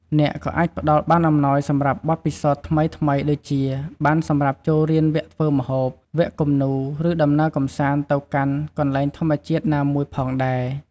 អ្នកក៏អាចផ្តល់ជាប័ណ្ណអំណោយសម្រាប់បទពិសោធន៍ថ្មីៗ ដូចជា ប័ណ្ណសម្រាប់ចូលរៀនវគ្គធ្វើម្ហូប វគ្គគំនូរ ឬដំណើរកម្សាន្តទៅកាន់កន្លែងធម្មជាតិណាមួយផងដែរ។